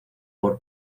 por